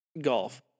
golf